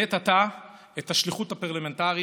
לעת עתה, את השליחות הפרלמנטרית,